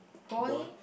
boy